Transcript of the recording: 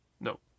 No